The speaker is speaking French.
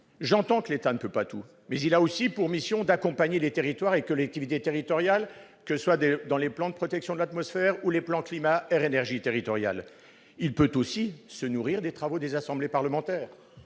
J'entends que l'État ne peut pas tout, mais il a aussi pour mission d'accompagner les territoires et les collectivités territoriales, au travers des plans de protection de l'atmosphère et des plans climat-air-énergie territoriaux. Il peut aussi se nourrir des travaux des assemblées parlementaires,